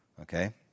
Okay